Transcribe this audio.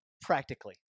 Practically